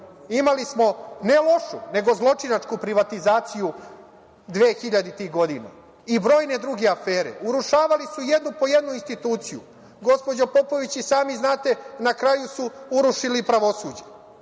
Imali smo ne lošu, nego zločinačku privatizaciju dvehiljaditih godina i brojne druge afere. Urušavali su jednu po jednu instituciju. Gospođo Popović i sami znate, na kraju su urušili i pravosuđe.